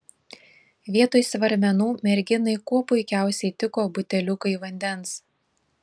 vietoj svarmenų merginai kuo puikiausiai tiko buteliukai vandens